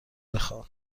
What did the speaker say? بخوان